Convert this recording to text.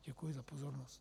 Děkuji za pozornost.